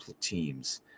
teams